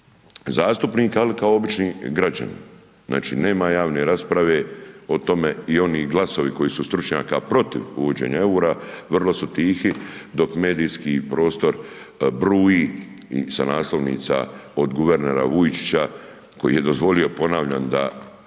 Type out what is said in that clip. ali kao obični građanin, znači nema javne rasprave o tome i oni glasovi koji su stručnjaka protiv uvođenja EUR-a vrlo su tihi, dok medijski prostor bruji i sa naslovnica od guvernera Vujčića koji je dozvolio ponavljam da